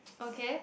okay